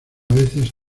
veces